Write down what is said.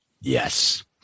Yes